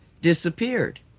disappeared